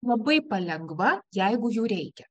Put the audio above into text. labai palengva jeigu jų reikia